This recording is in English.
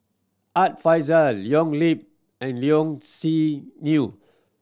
Art Fazil Leo Yip and Low Siew Nghee